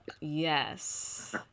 Yes